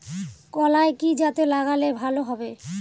কলাই কি জাতে লাগালে ভালো হবে?